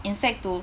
in sec two